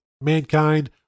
mankind